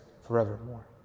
forevermore